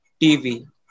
TV